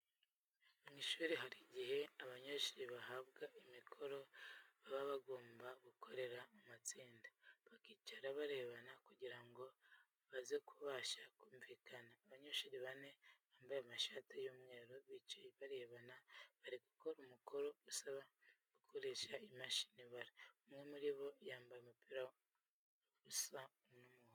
Mu ishuri hari igihe abanyeshuri bahabwa imikoro baba bagomba gukorera mu matsinda, bakicara barebana kugira ngo baze kubasha kumvikana. Abanyeshuri bane bambaye amashati y'umweru bicaye barebana, bari gukora umukoro ubasaba gukoresha imashini ibara. Umwe muri bo yambaye umupira usa n'umuhondo.